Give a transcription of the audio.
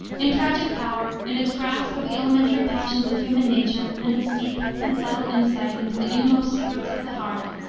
in tragic power, in its grasp of the elementary passions of human nature and its deep and subtle insight into the inmost secrets of the heart,